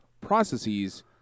processes –